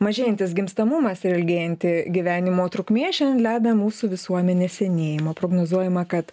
mažėjantis gimstamumas ir ilgėjanti gyvenimo trukmė šiandien lemia mūsų visuomenės senėjimą prognozuojama kad